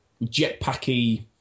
jetpacky